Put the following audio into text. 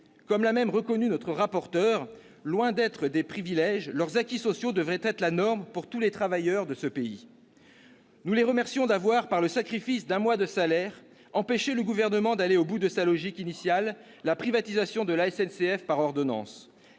lui-même l'a reconnu : loin d'être des privilèges, leurs acquis sociaux devraient être la norme pour tous les travailleurs de ce pays. Nous remercions les cheminots d'avoir, par le sacrifice d'un mois de salaire, empêché le Gouvernement d'aller au bout de sa logique initiale : la privatisation de la SNCF par ordonnances.